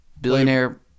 Billionaire